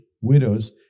widows